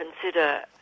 consider